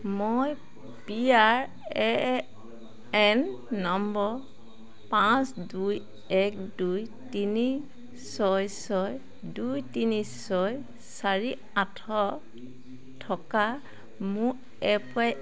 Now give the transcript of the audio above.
মই P R A N number পাঁচ দুই এক দুই তিনি ছয় ছয় দুই তিনি ছয় চাৰি আঠ থকা মোৰ এ পি